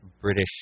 British